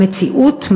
המציאות,